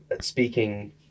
speaking